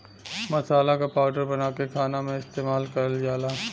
मसाला क पाउडर बनाके खाना में इस्तेमाल करल जाला